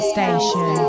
Station